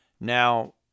Now